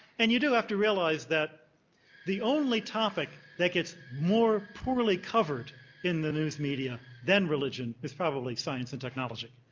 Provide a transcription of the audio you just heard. and you do have to realize that the only topic that gets more poorly covered in the news media than religion is probably science and technology.